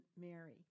Mary